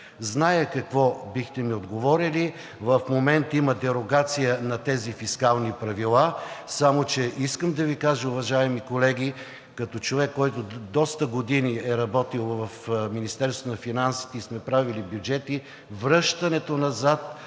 Зная какво бихте ми отговорили – в момента има дерогация на тези фискални правила, само че искам да Ви кажа, уважаеми колеги, като човек, който доста години е работил в Министерство на финансите и сме правили бюджети, връщането назад